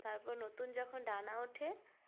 তারপর নতুন যখন ডানা ওঠে